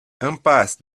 impasse